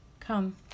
Come